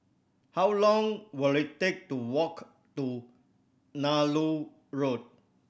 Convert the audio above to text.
how long will it take to walk to Nallur Road